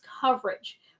coverage